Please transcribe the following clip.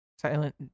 Silent